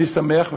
אני שמח.